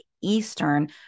eastern